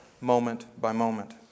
moment-by-moment